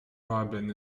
robin